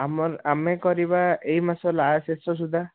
ଆମର ଆମେ କରିବା ଏଇ ମାସ ଶେଷ ସୁଦ୍ଧା